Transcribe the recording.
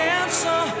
answer